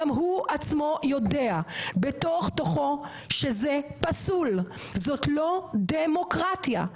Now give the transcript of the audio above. גם הוא עצמו יודע בתוך תוכו שזה פסול זאת לא דמוקרטיה,